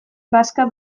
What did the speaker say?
bazka